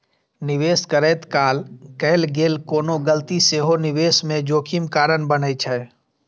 निवेश करैत काल कैल गेल कोनो गलती सेहो निवेश मे जोखिम कारण बनै छै